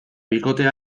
bikote